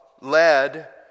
led